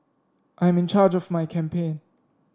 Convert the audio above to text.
I'm in charge of my campaign